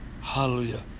Hallelujah